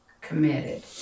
committed